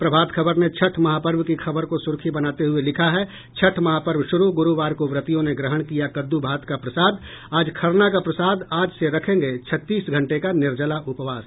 प्रभात खबर ने छठ महापर्व की खबर को सुर्खी बनाने हुये लिखा है छठ महापर्व शुरू गुरूवार को व्रतियों ने ग्रहण किया कद्दू भात का प्रसाद आज खरना का प्रसाद आज से रखेंगे छत्तीस घंटे का निर्जला उपवास